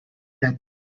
that